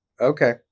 Okay